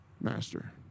Master